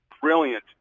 brilliant